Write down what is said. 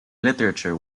literature